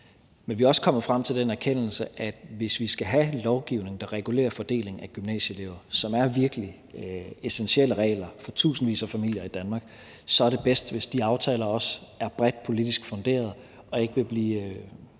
men vi er også kommet frem til den erkendelse, at hvis vi skal have lovgivning, der regulerer fordelingen af gymnasieelever, og som er virkelig essentielle regler for tusindvis af familier i Danmark, så er det bedst, hvis de aftaler også er bredt politisk funderet og ikke vil blive